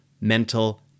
mental